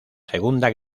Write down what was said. segunda